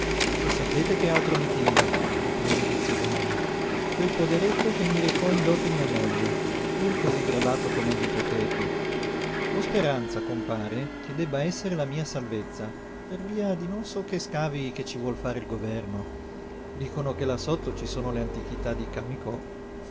e sapete che altro mi tiene riprese lizio gallo quel poderetto che mi recò in dote mia moglie pur cosí gravato com'è d'ipoteche ho speranza compare che debba essere la mia salvezza per via di non so che scavi che ci vuol fare il governo dicono che là sotto ci sono le antichità di camíco uhm rottami che